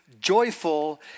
joyful